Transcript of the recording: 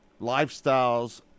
lifestyles